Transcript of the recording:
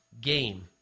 game